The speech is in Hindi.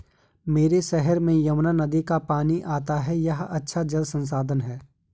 मेरे शहर में यमुना नदी का पानी आता है यह एक अच्छा जल संसाधन है